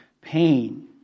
pain